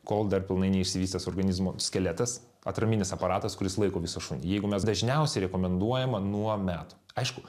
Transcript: kol dar pilnai neišsivystęs organizmo skeletas atraminis aparatas kuris laiko visą šunį jeigu mes dažniausiai rekomenduojama nuo metų aišku